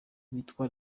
witwa